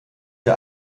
der